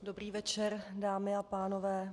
Dobrý večer dámy a pánové.